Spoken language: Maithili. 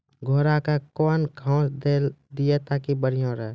घोड़ा का केन घास दिए ताकि बढ़िया रहा?